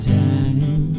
time